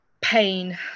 pain